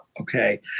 okay